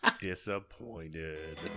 Disappointed